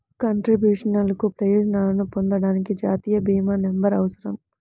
కంట్రిబ్యూషన్లకు ప్రయోజనాలను పొందడానికి, జాతీయ భీమా నంబర్అవసరం